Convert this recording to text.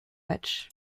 match